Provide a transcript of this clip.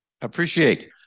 appreciate